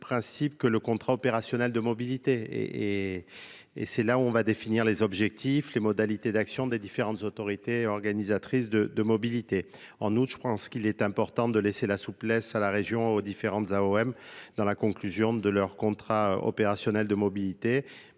principe que le contrat opérationnel de mobilité et et c'est là où on va définir les objectifs les modalités d'action des différentes autorités organisatrices de mobilité en outre je qu'il est important de laisser la souplesse à la région, aux différentes O M dans la conclusion de leurs contrats opérationnels de mobilité,